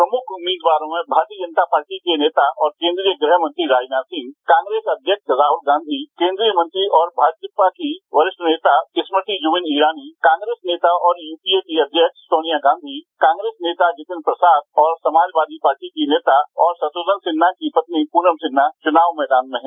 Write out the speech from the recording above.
प्रमुख उम्मीदवारों में भारतीय जनता पार्टी के नेता और केंद्रीय गृहमंत्री राजनाथ सिंह कांग्रेस अध्यक्ष राहुल गांधी केंद्रीय मंत्री और भाजपा की वरिष्ठ नेता स्मृति इरानी कांग्रेस नेता और यूपीए की अध्यक्ष सोनिया गांधी कांग्रेस नेता जतिन प्रसाद और समाजवादी पार्टी की नेता और शुव्रघ्न सिन्हा की पत्नी प्रनम सिन्हा चुनाव मैदान में हैं